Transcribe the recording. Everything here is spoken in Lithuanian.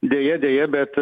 deja deja bet